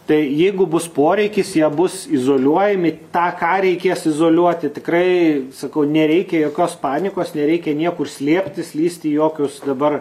tai jeigu bus poreikis jie bus izoliuojami tą ką reikės izoliuoti tikrai sakau nereikia jokios panikos nereikia niekur slėptis lįsti į jokius dabar